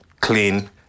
clean